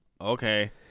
okay